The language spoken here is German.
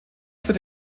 führt